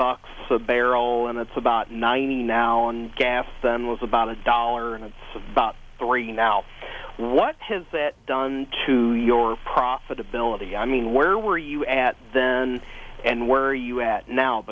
bucks a barrel and that's about nine now on gas then was about a dollar and it's about three now what has it done to your profitability i mean where were you at then and where you at now